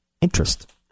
interest